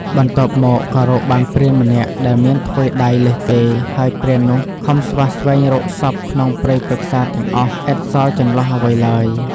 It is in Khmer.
បន្ទាប់មកក៏រកបានព្រានម្នាក់ដែលមានថ្វីដៃលើសគេ ហើយព្រាននោះខំស្វះស្វែងរកសព្វក្នុងព្រៃព្រឹក្សាទាំងអស់ឥតសល់ចន្លោះអ្វីឡើយ។